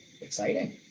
Exciting